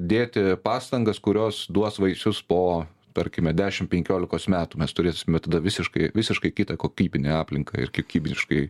dėti pastangas kurios duos vaisius po tarkime dešim penkiolikos metų mes turėsime tada visiškai visiškai kitą kokybinę aplinką ir kiekybiškai